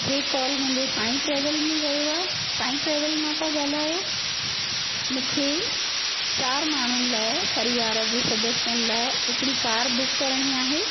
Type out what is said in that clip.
हे call मुंहिंजो Sai travel में वियो आहे साई ट्रेवल मां था ॻाल्हायो मूंखे चारि माण्हुनि लाइ परिवार जे सदस्यनि लाइ हिकिड़ी कार बुक करिणी आहे